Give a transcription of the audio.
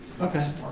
Okay